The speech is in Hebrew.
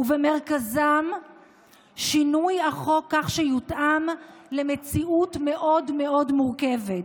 ובמרכזם שינוי החוק כך שיותאם למציאות מאוד מאוד מורכבת: